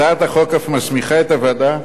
הצעת החוק אף מסמיכה את הוועדה,